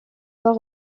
pas